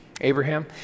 Abraham